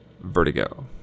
Vertigo